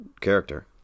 character